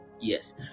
Yes